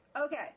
okay